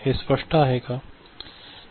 हे स्पष्ट आहे का